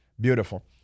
beautiful